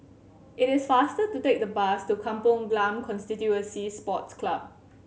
it is faster to take the bus to Kampong Glam Constituency Sports Club